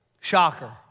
Shocker